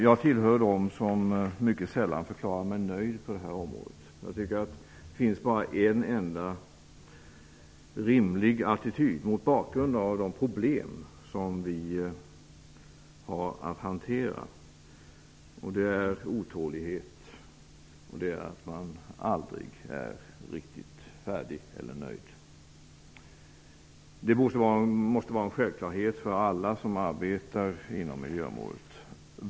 Jag tillhör dem som mycket sällan förklarar mig nöjd på det här området. Mot bakgrund av de problem som vi har att hantera finns det bara en enda rimlig attityd, och det är otålighet och att man aldrig är riktigt färdig eller nöjd. Det måste vara en självklarhet för alla som arbetar inom miljöområdet.